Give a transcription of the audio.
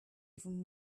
even